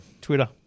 Twitter